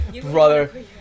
Brother